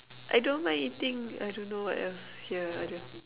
I don't mind eating I don't know what else here I don't